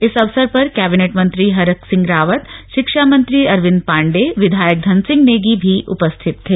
इस अवसर पर कैबिनेट मंत्री हरक सिंह रावत शिक्षा मंत्री श्री अरविन्द पाण्डेय विधायक धन सिंह नेगी भी उपस्थित थे